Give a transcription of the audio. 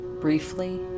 briefly